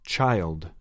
Child